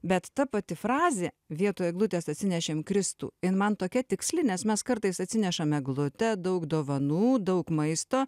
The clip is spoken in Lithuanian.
bet ta pati frazė vietoj eglutės atsinešėm kristų jin man tokia tiksli nes mes kartais atsinešame eglutę daug dovanų daug maisto